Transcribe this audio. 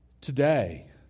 today